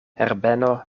herbeno